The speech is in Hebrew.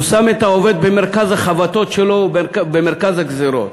הוא שם את העובד במרכז החבטות שלו ובמרכז הגזירות.